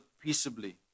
peaceably